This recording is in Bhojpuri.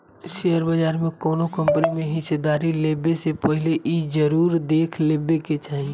शेयर बाजार में कौनो कंपनी में हिस्सेदारी लेबे से पहिले इ जरुर देख लेबे के चाही